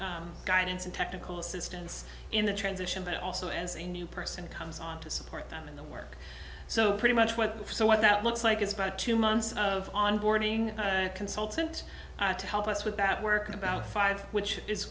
expert guidance and technical assistance in the transition but also as a new person comes on to support them and the work so pretty much what so what that looks like is about two months of onboarding consultant to help us with that work about five which is